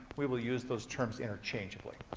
we will use those terms interchangeably.